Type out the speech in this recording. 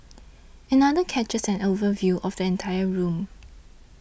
another captures an overview of the entire room